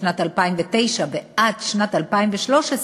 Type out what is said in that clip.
משנת 2009 ועד שנת 2013,